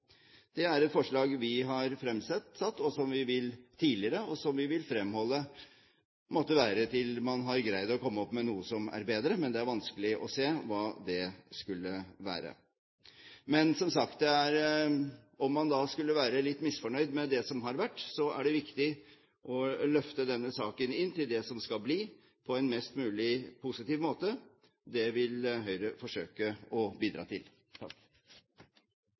forslag vi har fremsatt tidligere, og vi vil fremholde at dette vil måtte være til man har greid å komme opp med noe som er bedre. Men det er vanskelig å se hva det skulle være. Men, som sagt, om man skulle være litt misfornøyd med det som har vært, er det viktig å løfte denne saken inn til det som skal bli, på en mest mulig positiv måte. Det vil Høyre forsøke å bidra til.